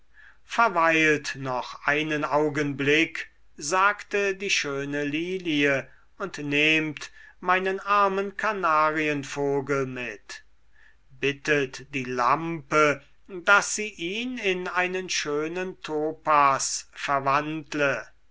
verweilt noch einen augenblick sagte die schöne lilie und nehmt meinen armen kanarienvogel mit bittet die lampe daß sie ihn in einen schönen topas verwandle